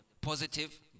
positive